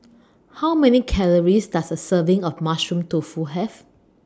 How Many Calories Does A Serving of Mushroom Tofu Have